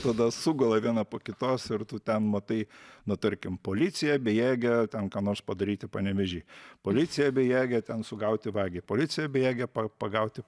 tada sugula viena po kitos ir tu ten matai na tarkim policija bejėgė ten ką nors padaryti panevėžy policija bejėgė ten sugauti vagį policija bejėgė pagauti